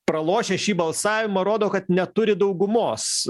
pralošę šį balsavimą rodo kad neturi daugumos